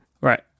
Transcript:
Right